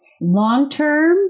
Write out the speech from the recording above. Long-term